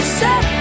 set